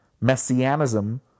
messianism